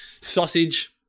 sausage